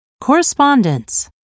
correspondence